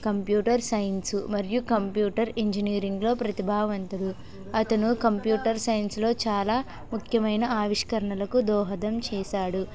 computer science మరియు computer engineering లో ప్రతిభావంతులు అతను కంప్యూటర్ సైన్స్ లో చాలా ముఖ్యమైన ఆవిష్కరణలకు దోహదం చేశాడు